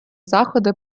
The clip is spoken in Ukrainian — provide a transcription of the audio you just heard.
заходи